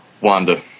Wanda